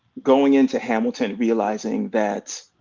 going into hamilton realizing that